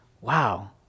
wow